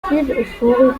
réfléchir